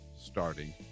starting